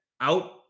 out